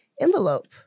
envelope